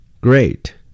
Great